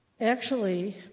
actually,